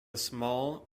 small